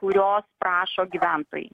kurios prašo gyventojai